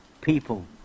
people